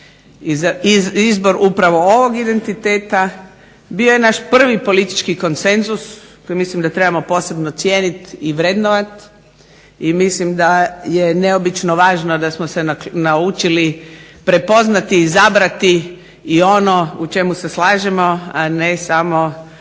izbor upravo ovog identiteta bio je nas prvi politički konsenzus kojeg mislim da trebao posebno cijeniti i vrednovati i mislim da je neobično važno da smo se naučili prepoznati, izabrati i ono u čemu se slažemo a ne samo